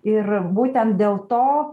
ir būtent dėl to